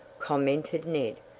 commented ned.